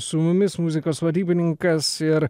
su mumis muzikos vadybininkas ir